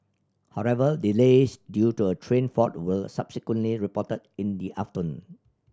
however delays due to a train fault were subsequently reported in the afternoon